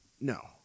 No